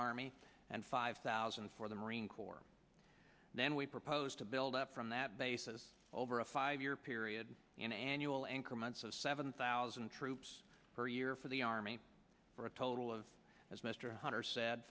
army and five thousand for the marine corps then we propose to build up from that basis over a five year period and annual and commence of seven thousand troops per year for the army for a total of as mr hunter said